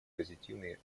позитивные